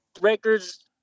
records